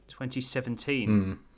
2017